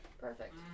Perfect